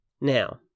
Now